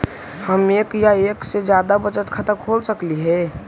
हम एक या एक से जादा बचत खाता खोल सकली हे?